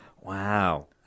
Wow